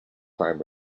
crime